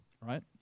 right